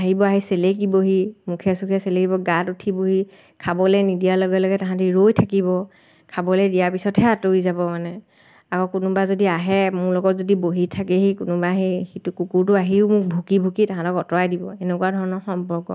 আহিব আহি চেলেকিবহি মুখে চুখে চেলেকিব গাত উঠিবহি খাবলৈ নিদিয়াৰ লগে লগে তাহাঁতি ৰৈ থাকিব খাবলৈ দিয়াৰ পিছতহে আতঁৰি যাব মানে আকৌ কোনোবা যদি আহে মোৰ লগত যদি বহি থাকেহি কোনোবা আহি সিটো কুকুৰটো আহিও মোক ভুকি ভুকি তাহাঁতক আঁতৰাই দিব এনেকুৱা ধৰণৰ সম্পৰ্ক